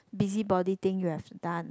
busybody thing you have done